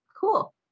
Cool